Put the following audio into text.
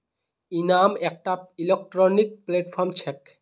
इनाम एकटा electronic platform छेक